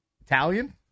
Italian